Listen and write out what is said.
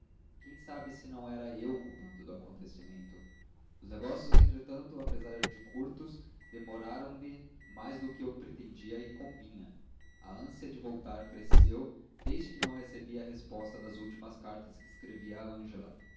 quem sabe se não era eu o culpado do acontecimento os negócios entretanto apesar de curtos demoraram me mais do que eu pretendia e convinha a ânsia de voltar cresceu desde que não recebi a resposta das últimas cartas que escrevi a ângela